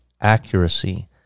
accuracy